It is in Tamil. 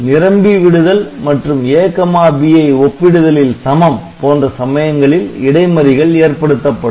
நிரம்பி விடுதல் மற்றும் AB ஐ ஒப்பிடுதலில் சமம் போன்ற சமயங்களில் இடைமறிகள் ஏற்படுத்தப்படும்